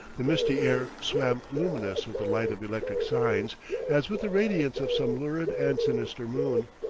the misty air swam luminous with the light of electric signs as with the radiance of some lurid and sinister moon.